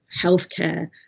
healthcare